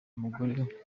mugore